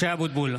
(קורא בשמות חברי הכנסת) משה אבוטבול,